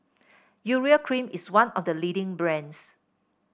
Urea Cream is one of the leading brands